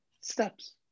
steps